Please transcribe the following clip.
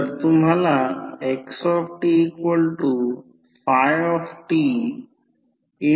आता जेव्हा सेकंडरी वायडींगला लोड जोडला जातो तेव्हा करंट I2 वाहतो